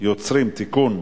יוצרים (תיקון),